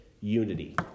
unity